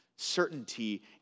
Certainty